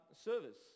service